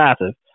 massive